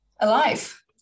alive